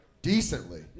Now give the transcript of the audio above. Decently